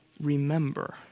remember